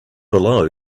below